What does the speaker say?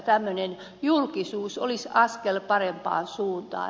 tämmöinen julkisuus olisi askel parempaan suuntaan